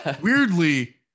weirdly